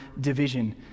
division